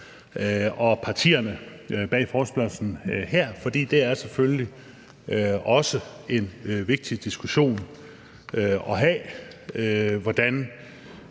og partierne bag forespørgslen, for det er selvfølgelig også en vigtig diskussion at have om, hvordan